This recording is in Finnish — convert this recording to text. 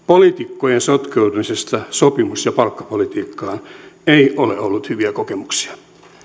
poliitikkojen sotkeutumisesta sopimus ja palkkapolitiikkaan ei ole ollut hyviä kokemuksia